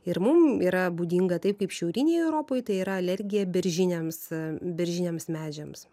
ir mum yra būdinga taip kaip šiaurinėj europoj tai yra alergija beržiniams beržiniams medžiams